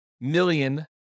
million